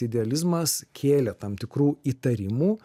idealizmas kėlė tam tikrų įtarimų